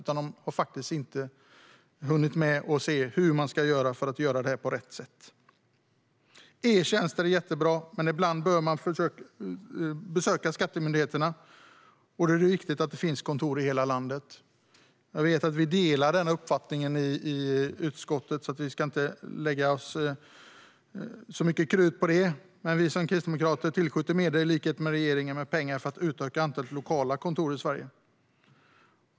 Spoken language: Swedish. De har inte hunnit med att se hur de ska göra för att göra det på rätt sätt. E-tjänster är jättebra. Men ibland bör man besöka Skatteverket. Då är det viktigt att det finns kontor i hela landet. Jag vet att vi delar den uppfattningen i utskottet, så det ska inte läggas så mycket krut på det. Vi kristdemokrater vill i likhet med regeringen tillskjuta medel för att utöka antalet lokala kontor i Sverige.